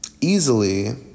Easily